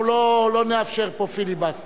אנחנו לא נאפשר פה פיליבסטר.